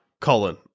Colin